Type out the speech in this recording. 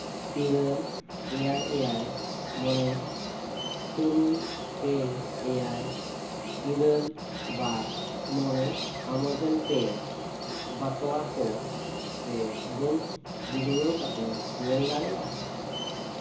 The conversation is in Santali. ᱤᱨᱟᱹᱞ ᱮᱭᱟᱭ ᱮᱭᱟᱭ ᱢᱚᱬᱮ ᱛᱩᱨᱩᱭ ᱯᱮ ᱮᱭᱟᱭ ᱤᱨᱟᱹᱞ ᱵᱟᱨ ᱢᱚᱬᱮ ᱟᱢᱟᱡᱚᱱ ᱯᱮ ᱵᱟᱛᱣᱟ ᱠᱚ ᱥᱮ ᱵᱮᱝᱠ ᱵᱷᱤᱰᱤᱭᱳ ᱠᱟᱛᱮᱢ ᱧᱮᱞ ᱫᱟᱲᱮᱭᱟᱜᱼᱟ